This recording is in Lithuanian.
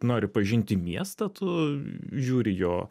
nori pažinti miestą tu žiūri jo